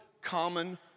common